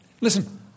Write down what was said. listen